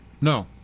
No